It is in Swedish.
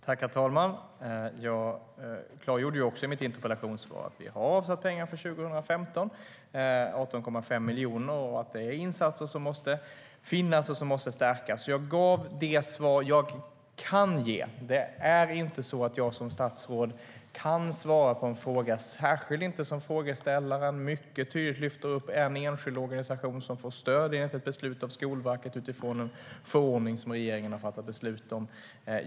Herr talman! Jag klargjorde i mitt interpellationssvar att vi har avsatt pengar för 2015 - 18,5 miljoner - och att det är insatser som måste finnas och stärkas. Jag gav det svar jag kan ge. Det är inte så att jag som statsråd kan svara på en sådan här fråga, särskilt inte som frågeställaren mycket tydligt lyfter upp en enskild organisation som får stöd enligt ett beslut av Skolverket utifrån en förordning som regeringen har fattat beslut om.